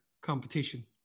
competition